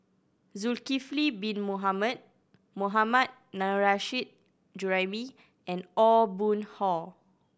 Zulkifli Bin Mohamed Mohammad Nurrasyid Juraimi and Aw Boon Haw